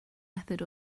method